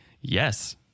yes